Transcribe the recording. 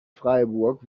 freiburg